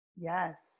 Yes